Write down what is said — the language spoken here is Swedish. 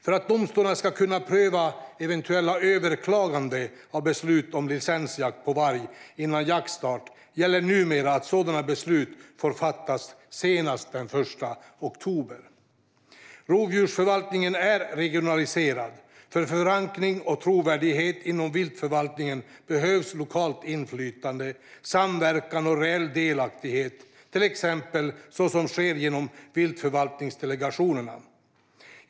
För att domstolarna ska kunna pröva eventuella överklaganden av beslut om licensjakt på varg före jaktstart gäller numera att sådana beslut får fattas senast den 1 oktober. Rovdjursförvaltningen är regionaliserad. För förankring och trovärdighet inom viltförvaltningen behövs lokalt inflytande, samverkan och reell delaktighet, till exempel så som sker genom viltförvaltningsdelegationerna.